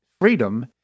freedom